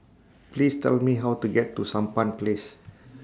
Please Tell Me How to get to Sampan Place